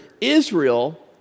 Israel